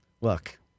look